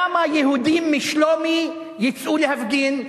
כמה יהודים משלומי יצאו להפגין?